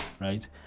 right